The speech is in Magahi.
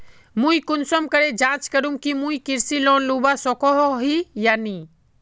मुई कुंसम करे जाँच करूम की मुई कृषि लोन लुबा सकोहो ही या नी?